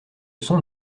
sont